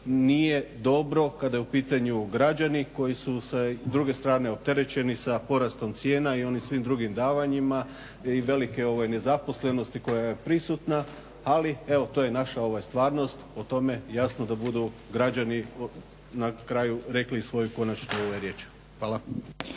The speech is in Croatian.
nije dobro kada su pitanju građani koji su sa druge strane opterećeni sa porastom cijena i onim svim drugim davanjima i velike nezaposlenosti koja je prisutna ali evo to je naša stvarnost o tome jasno da budu građani rekli na kraju svoju konačnu riječ. Hvala.